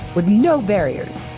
with no barriers,